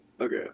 Okay